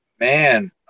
Man